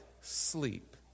sleep